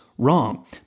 wrong